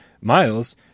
miles